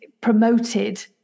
promoted